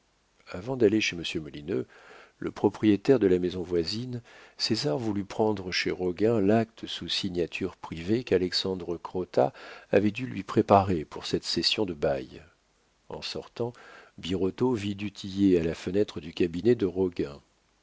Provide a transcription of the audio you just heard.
avant d'aller chez monsieur molineux le propriétaire de la maison voisine césar voulut prendre chez roguin l'acte sous signature privée qu'alexandre crottat avait dû lui préparer pour cette cession de bail en sortant birotteau vit du tillet à la fenêtre du cabinet de